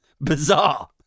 bizarre